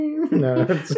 No